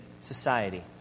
society